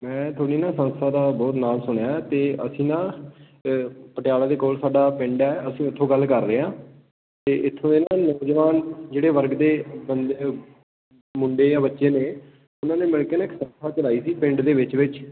ਮੈਂ ਇੱਥੋਂ ਦੀ ਨਾ ਸੰਸਸਾ ਦਾ ਬਹੁਤ ਨਾਂ ਸੁਣਿਆ ਅਤੇ ਅਸੀਂ ਨਾ ਪਟਿਆਲੇ ਦੇ ਕੋਲ ਸਾਡਾ ਪਿੰਡ ਹੈ ਅਸੀਂ ਉੱਥੋਂ ਗੱਲ ਕਰ ਰਹੇ ਹਾਂ ਅਤੇ ਇੱਥੋਂ ਇਹਨਾਂ ਨੌਜਵਾਨ ਜਿਹੜੇ ਵਰਗ ਦੇ ਬੰਦੇ ਮੁੰਡੇ ਆ ਬੱਚੇ ਨੇ ਉਹਨਾਂ ਨੇ ਮਿਲ ਕੇ ਨਾ ਇੱਕ ਚਲਾਈ ਸੀ ਪਿੰਡ ਦੇ ਵਿੱਚ ਵਿੱਚ